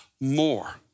more